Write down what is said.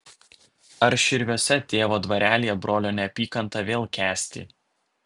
ar širviuose tėvo dvarelyje brolio neapykantą vėl kęsti